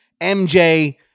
MJ